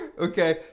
Okay